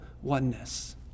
oneness